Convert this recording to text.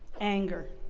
anger,